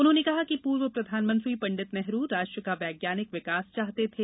उन्होंने कहा कि पूर्व प्रधानमंत्री पंडित नेहरू राष्ट्र का वैज्ञानिक विकास चाहते थे